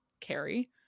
carry